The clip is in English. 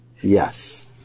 Yes